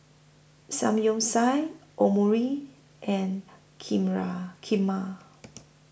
Samgyeopsal Omurice and Kheera Kheema